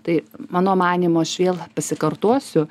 tai mano manymu aš vėl pasikartosiu